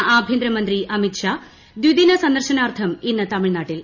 കേന്ദ്ര ആഭ്യന്തരമന്ത്രി അമിത്ഷാ ദിദിന സന്ദർശനാർത്ഥം ഇന്ന് തമിഴ്നാട്ടിൽ